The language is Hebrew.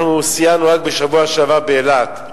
אנחנו סיירנו רק בשבוע שעבר באילת.